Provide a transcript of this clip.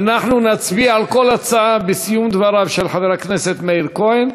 אנחנו נצביע על כל הצעה בנפרד בסיום דבריו של חבר הכנסת מאיר כהן.